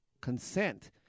consent